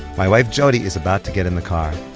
my wife jody is about to get in the car